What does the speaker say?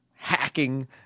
hacking